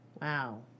Wow